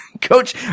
Coach